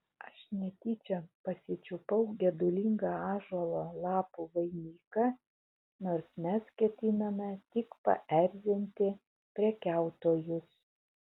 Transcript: aš netyčia pasičiupau gedulingą ąžuolo lapų vainiką nors mes ketinome tik paerzinti prekiautojus